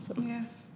Yes